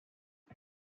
the